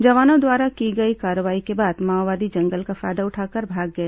जवानों द्वारा की गई कार्रवाई के बाद माओवादी जंगल का फायदा उठाकर भाग गए